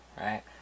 right